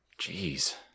Jeez